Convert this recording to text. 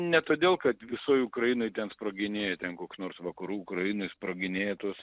ne todėl kad visoj ukrainoj ten sproginėja ten koks nors vakarų ukrainoj sproginėja tos